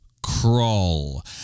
crawl